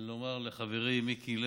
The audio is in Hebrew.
לומר לחברי מיקי לוי: